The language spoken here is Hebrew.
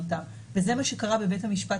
אני בשבוע האחרון ביקשתי לאסוף מהמחוזות